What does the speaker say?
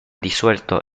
disuelto